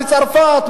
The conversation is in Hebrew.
צרפת,